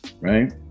right